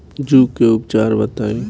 जूं के उपचार बताई?